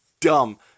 dumb